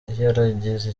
yaragize